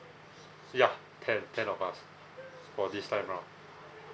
ya ten ten of us for this time round